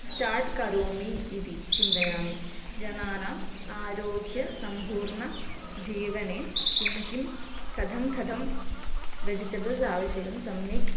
start करोमि इति चिन्तयामि जनानाम् आरोग्यः सम्पूर्णं जीवने किं किं कथं कथं वेजिटेबल्स् आवश्यकं सम्यक्